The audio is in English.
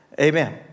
Amen